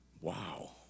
Wow